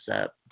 up